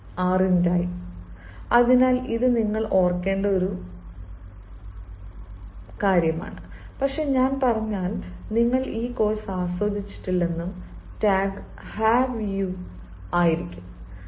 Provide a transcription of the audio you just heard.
"iam teaching well aren't I"അതിനാൽ ഇത് നിങ്ങൾ ഓർക്കേണ്ട ഒരു അപവാദമാണ് പക്ഷേ ഞാൻ പറഞ്ഞാൽ നിങ്ങൾ ഈ കോഴ്സ് ആസ്വദിച്ചിട്ടില്ലെന്നും tag have you have you" ആയിരിക്കും